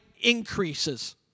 increases